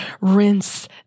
rinse